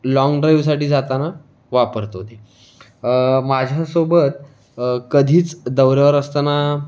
long ड्राईव्हसाठी जाताना वापरतो ते माझ्यासोबत कधीच दौऱ्यावर असताना